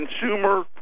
consumer